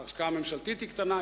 ההשקעה הממשלתית היא קטנה.